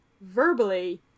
verbally